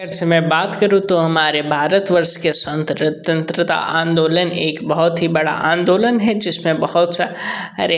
ऐसे मैं बात करूँ तो हमारे भारत वर्ष के स्वतंत्रता आंदोलन एक बहुत ही बड़ा आंदोलन है जिसमें बहुत सा रे